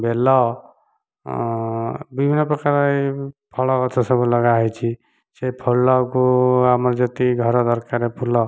ବେଲ ବିଭିନ୍ନ ପ୍ରକାର ଏଇ ଫଳ ଗଛ ସବୁ ଲଗା ହୋଇଛି ସେ ଫୁଳକୁ ଆମର ଯେତିକି ଘର ଦରକାର ଫୁଲ